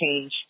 change